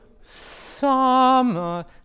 summer